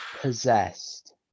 Possessed